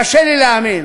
קשה לי להאמין.